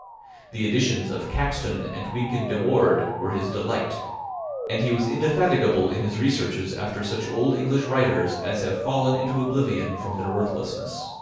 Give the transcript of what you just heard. the editions of caxton and wynkin de worde were his delight and he was indefatigable in his researches after such old english writers as have fallen into oblivion from their worthlessness.